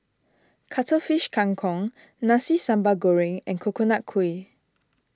Cuttlefish Kang Kong Nasi Sambal Goreng and Coconut Kuih